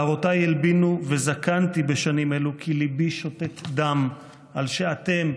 שערותיי הלבינו וזקנתי בשנים אלו כי ליבי שותת דם על שאתם,